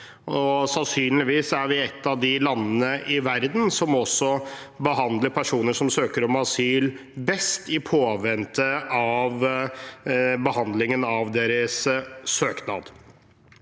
Sannsynligvis er vi et av de landene i verden som behandler personer som søker om asyl, best i påvente av behandlingen av deres søknad.